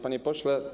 Panie Pośle!